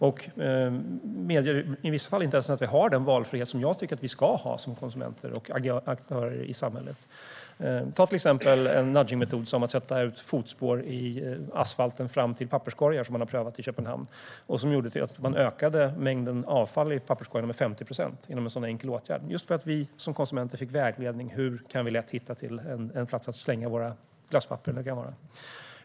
De medger i vissa fall inte ens att vi har den valfrihet som jag tycker vi ska ha som konsumenter att agera som aktörer i samhället. Man kan till exempel ta en nudgingmetod som att sätta ut fotspår i asfalten fram till papperskorgar, som man har prövat i Köpenhamn. Det gjorde att man ökade mängden avfall i papperskorgarna med 50 procent genom en sådan enkel åtgärd. Det är just för att vi som konsumenter fick vägledning: Hur vi lätt kan hitta till en plats att slänga våra glasspapper eller vad det kan vara.